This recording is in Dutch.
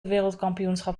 wereldkampioenschap